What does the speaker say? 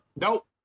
Nope